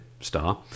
star